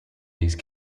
these